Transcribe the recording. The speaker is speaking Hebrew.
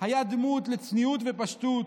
היה דמות לצניעות ופשטות.